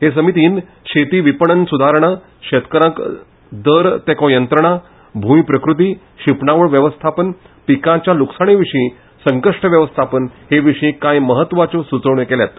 हे समितीन शेती विपणन सुदारणा शेतकारांक दर तेंको यंत्रणा भूंय प्रकूती शिंपणावळ वेवस्थापन पिकांच्या लुकसाणे विशी संकश्ट वेवस्थापन हे विशीं कांय म्हत्वाच्यो सूचोवण्यो केल्यात